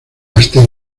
hasta